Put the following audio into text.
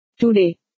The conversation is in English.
Today